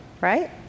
Right